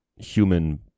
Human